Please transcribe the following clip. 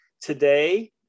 today